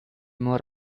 more